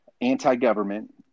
anti-government